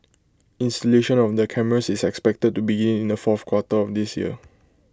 installation of the cameras is expected to begin in the fourth quarter of this year